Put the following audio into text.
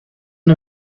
and